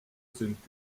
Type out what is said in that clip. sind